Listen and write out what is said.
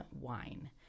wine